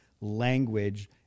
language